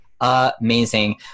amazing